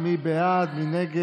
למה?